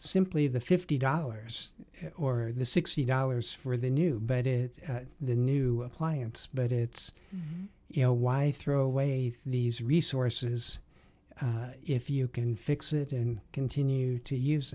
simply the fifty dollars or sixty dollars for the new but it is the new appliance but it's you know why throw away these resources if you can fix it and continue to use